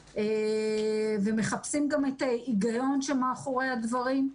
ומחפשים גם את ההיגיון שמאחורי הדברים.